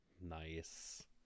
Nice